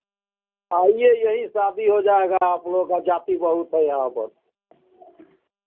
आइए यहीं शादी हो जाएगा आप लोग का जाति बहुत हैं यहाँ पर